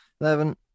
eleven